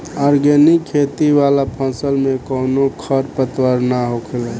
organic खेती वाला फसल में कवनो खर पतवार ना होखेला